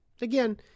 Again